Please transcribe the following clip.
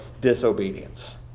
disobedience